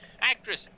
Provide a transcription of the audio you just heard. Actress